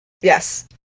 Yes